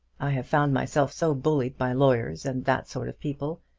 i have found myself so bullied by lawyers and that sort of people,